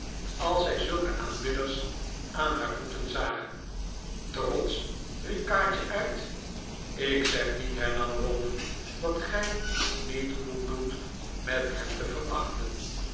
als zij zulke aanbidders aan haar voeten zagen trotsch riep kaatje uit ik zeg niet hernam ralph dat gij niet goed doet met hen te verachten